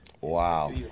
Wow